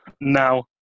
now